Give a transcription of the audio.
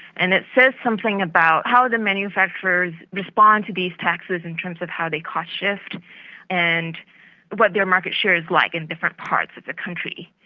and it says something about how the manufacturers respond to these taxes in terms of how they cost-shift and what their market share is like in different parts of the country.